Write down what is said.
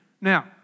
Now